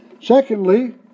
Secondly